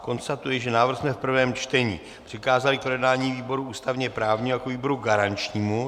Konstatuji, že návrh jsme v prvém čtení přikázali k projednání výboru ústavněprávnímu jako výboru garančnímu.